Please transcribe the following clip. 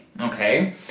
okay